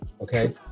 okay